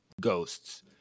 ghosts